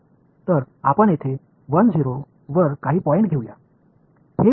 तर आपण येथे 1 0 वर काही पॉइण्ट घेऊ या